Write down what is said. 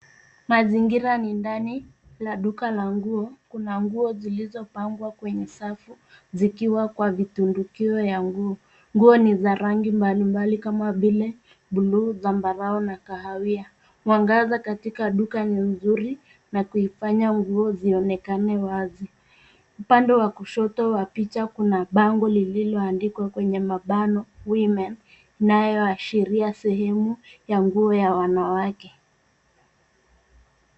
Mazingira ni ndani la duka la nguo. Kuna nguo zilizo pangwa kwenye safu zikiwa kwa vitundukio ya nguo. Nguo ni za rangi mbalimbali kama vile bluu, zambarau na kahawia. Mwanagaza katika duka ni mzuri na kuifanya nguo zionekane wazi. Upande wa kushoto wa picha kuna bango lilioandkiwa kwenye mabano Women inayoashilia sehemu ya nguo ya wanawake.